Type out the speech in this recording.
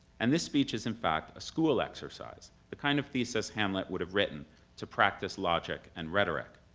and this speech is in fact a school exercise, the kind of thesis hamlet would have written to practice logic and rhetoric.